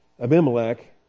Abimelech